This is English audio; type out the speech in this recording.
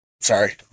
Sorry